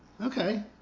Okay